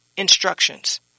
Instructions